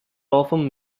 often